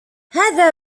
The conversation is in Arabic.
هذا